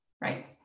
Right